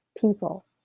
people